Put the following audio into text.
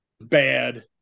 Bad